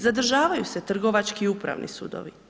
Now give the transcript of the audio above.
Zadržavaju se trgovački i upravni sudovi.